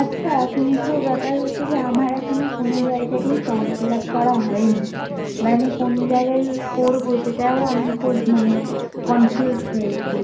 আচ্ছা কিন্তু ব্যাপার হচ্ছে যে আমার এখনও কোনো জায়গারই ফর্ম ফিল আপ করা হয়নি বা আমি কোন জায়গায় করবো সেটাও আমি খুব মানে কনফিউজড রয়েছি